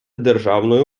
державною